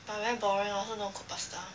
but very boring orh I also don't want to cook pasta